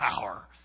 power